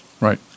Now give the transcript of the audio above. Right